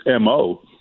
MO